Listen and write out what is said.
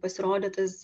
pasirodė tas